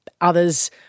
Others